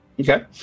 Okay